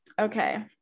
Okay